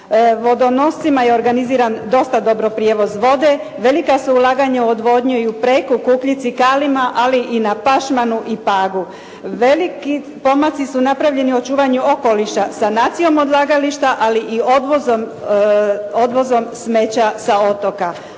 Vodonoscima je organiziran dosta dobro prijevoz vode. Velika su ulaganja u odvodnji i u Preku, Kukljici, Kalima, ali i na Pašmanu i Pagu. Veliki pomaci su napravljeni u očuvanju okoliša sanacijom odlagališta, ali i odvozom smeća sa otoka,